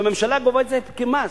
כשהממשלה גובה את זה כמס?